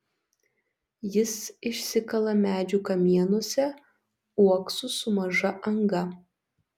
jis išsikala medžių kamienuose uoksus su maža anga